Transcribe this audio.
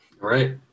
right